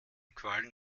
quallen